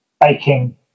baking